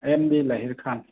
M D Lahir Khan